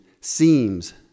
seems